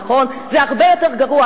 זה הרבה יותר גרוע,